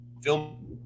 film